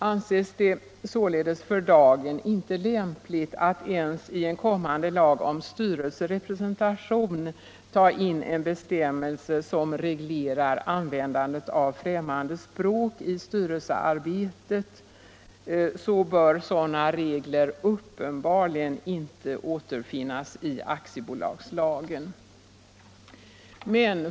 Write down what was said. Anses det således för dagen inte lämpligt att ens i en kommande lag om styrelserepresentation ta in en bestämmelse som reglerar användandet av främmande språk i styrelsearbetet, bör sådana regler uppenbarligen inte återfinnas i aktiebolagslagen.